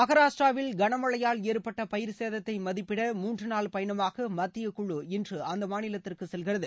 மகாராஷ்டிராவில் கனமழையால் ஏற்பட்ட பயிர் சேதத்தை மதிப்பிட மூன்றுநாள் பயணமாக மத்தியக்குழு இன்று அந்த மாநிலத்திற்கு செல்கிறது